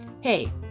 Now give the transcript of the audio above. hey